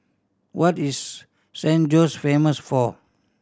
what is San Jose famous for